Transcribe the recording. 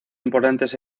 importantes